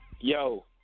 Yo